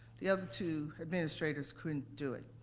the other two administrators couldn't do it.